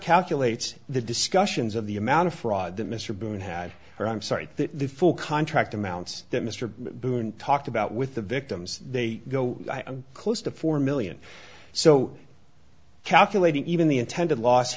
calculates the discussions of the amount of fraud that mr boone had or i'm sorry that the full contract amounts that mr boone talked about with the victims they go i'm close to four million so calculating even the intended l